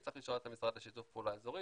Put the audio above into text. צריך לשאול את המשרד לשיתוף פעולה אזורי